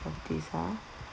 twelve days ah